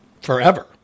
forever